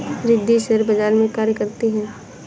Riddhi share बाजार में कार्य करती है